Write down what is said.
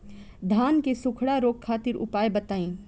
धान के सुखड़ा रोग खातिर उपाय बताई?